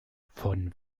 von